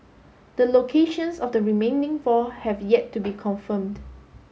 the locations of the remaining four have yet to be confirmed